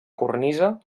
cornisa